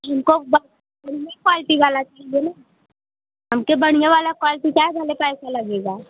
हमको बढ़िया क्वालटी वाला चाहिए ना हमके बढ़िया वाला क्वालटी लगेगा